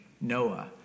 Noah